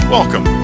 Welcome